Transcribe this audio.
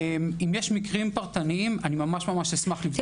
אם יש מקרים פרטניים אני ממש אשמח לבדוק את זה.